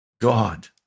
God